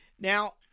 Now